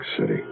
City